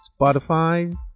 Spotify